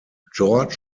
george